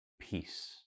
Peace